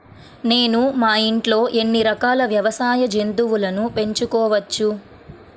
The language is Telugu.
నేను మా ఇంట్లో ఎన్ని రకాల వ్యవసాయ జంతువులను పెంచుకోవచ్చు?